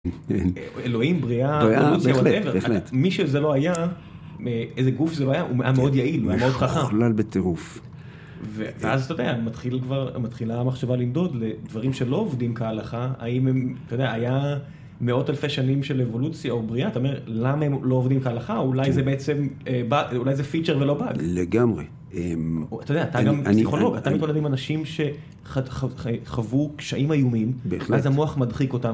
אלוהים בריאה. מי שזה לא היה, איזה גוף זה לא היה, הוא היה מאוד יעיל, הוא היה מאוד חכם משוכלל בטירוף. אז אתה יודע, מתחילה המחשבה לנדוד לדברים שלא עובדים כהלכה, היה מאות אלפי שנים של אבולוציה או בריאה, למה הם לא עובדים כהלכה, אולי זה בעצם פיצ'ר ולא באג. לגמרי. אתה יודע, אתה גם פסיכולוג, אתה מתמודד עם אנשים שחוו קשיים איומים, אז המוח מדחיק אותם.